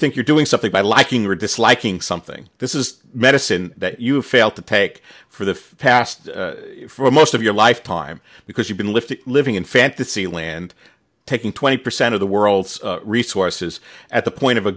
think you're doing something by liking or disliking something this is medicine that you fail to take for the past for most of your life time because you've been lifted living in fantasy land taking twenty percent of the world's resources at the point of a